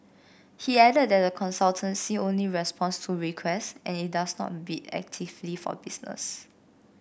he added that the consultancy only responds to requests and it does not bid actively for business